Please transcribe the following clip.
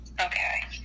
Okay